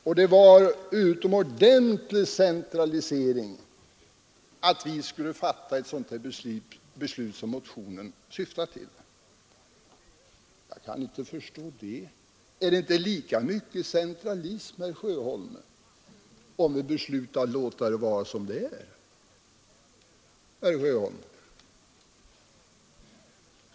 Och det var en utomordentlig centralisering om vi skulle fatta ett sådant beslut som motionen syftar till. Jag kan inte förstå detta. Är det inte lika mycket centralism, herr Sjöholm, om vi beslutar att låta det vara som det är?